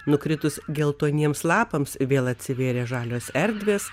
nukritus geltoniems lapams vėl atsivėrė žalios erdvės